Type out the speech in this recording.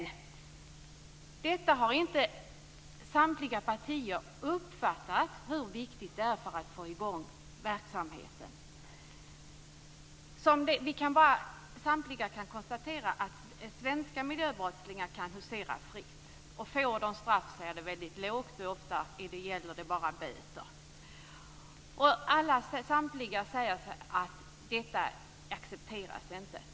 Samtliga partier har dock inte uppfattat hur viktigt detta är för att få i gång verksamheten. Alla kan konstatera att svenska miljöbrottslingar kan husera fritt. Får de straff är det ofta väldigt lågt. För det mesta blir det bara böter. Samtliga säger att detta inte accepteras.